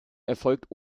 erfolgt